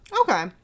okay